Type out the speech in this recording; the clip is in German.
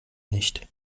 nicht